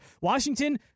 Washington